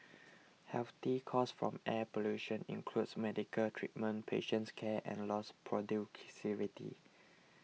health costs from air pollution includes medical treatment patients care and lost productivity